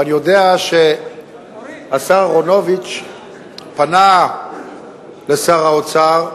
ואני יודע שהשר אהרונוביץ פנה אל שר האוצר,